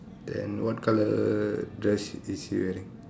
then what colour dress she is she wearing